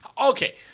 okay